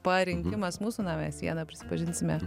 parinkimas mūsų na mes vieną prisipažinsime